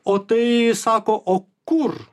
o tai sako o kur